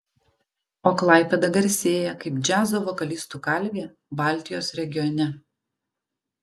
o klaipėda garsėja kaip džiazo vokalistų kalvė baltijos regione